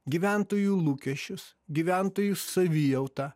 gyventojų lūkesčius gyventojų savijautą